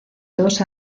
dos